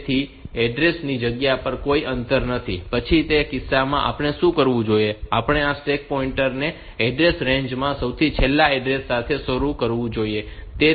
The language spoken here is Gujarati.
તેથી એડ્રેસ ની જગ્યામાં કોઈ અંતર નથી પછી તે કિસ્સામાં આપણે શું કરવું જોઈએ કે આપણે આ સ્ટેક પોઈન્ટર ને એડ્રેસ રેન્જ માં સૌથી છેલ્લા એડ્રેસ સાથે શરૂ કરવું જોઈએ